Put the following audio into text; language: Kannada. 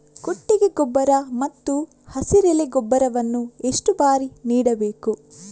ಕೊಟ್ಟಿಗೆ ಗೊಬ್ಬರ ಮತ್ತು ಹಸಿರೆಲೆ ಗೊಬ್ಬರವನ್ನು ಎಷ್ಟು ಬಾರಿ ನೀಡಬೇಕು?